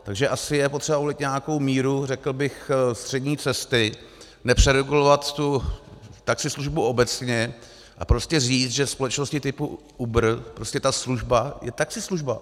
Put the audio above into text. Takže je asi potřeba volit nějakou míru, řekl bych, střední cesty, nepřeregulovat tu taxislužbu obecně a prostě říct, že společnosti typu Uber, prostě ta služba, jsou taxislužba.